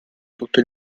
tutto